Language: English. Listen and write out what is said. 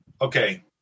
okay